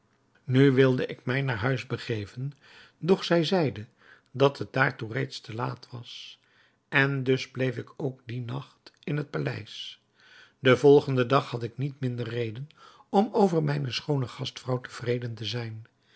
nu wilde ik mij naar huis begeven doch zij zeide dat het daartoe reeds te laat was en dus bleef ik ook dien nacht in het paleis den volgenden dag had ik niet minder reden om over mijne schoone gastvrouw tevreden te zijn